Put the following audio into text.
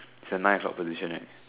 it's a nine o-clock position right